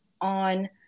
on